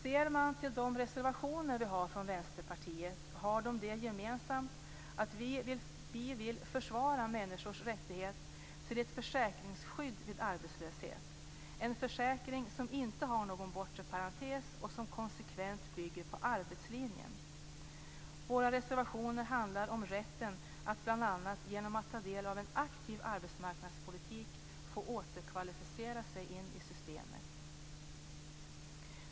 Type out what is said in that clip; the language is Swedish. Ser man till de reservationer som vi från Vänsterpartiet har fogat till betänkandet har de det gemensamt att vi vill försvara människors rättighet till ett försäkringsskydd vid arbetslöshet, en försäkring som inte har någon bortre parentes och som konsekvent bygger på arbetslinjen. Våra reservationer handlar om rätten att bl.a. genom att ta del av en aktiv arbetsmarknadspolitik få återkvalificera sig in i systemet.